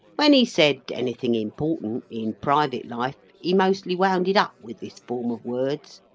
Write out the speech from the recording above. when he said anything important, in private life, he mostly wound it up with this form of words,